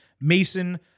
Mason